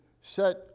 set